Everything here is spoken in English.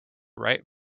right